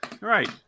Right